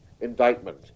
indictment